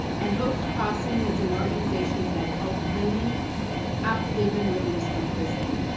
and hopes crossing is an organization that help women after they've been released from prison.